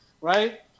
right